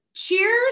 Cheers